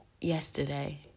yesterday